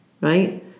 right